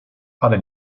ale